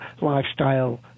lifestyle